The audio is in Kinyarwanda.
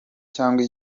cyangwa